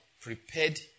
prepared